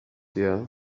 year